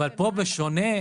אבל פה, באופן שונה,